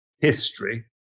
history